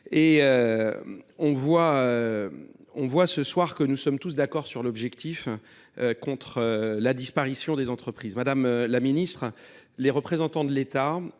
Et on voit ce soir que nous sommes tous d'accord sur l'objectif contre la disparition des entreprises. Madame la Ministre, les représentants de l'État